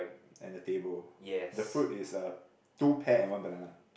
and the table the fruit is a two pair and one banana